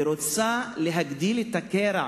ורוצה להגדיל את הקרע